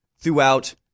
throughout